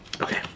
Okay